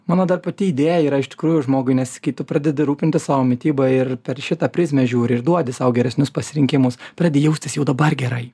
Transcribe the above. mano dar pati idėja yra iš tikrųjų žmogui nesakyt tu pradedi rūpintis savo mityba ir per šitą prizmę žiūri ir duodi sau geresnius pasirinkimus pradedi jaustis jau dabar gerai